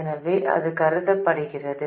எனவே அது கருதப்படுகிறது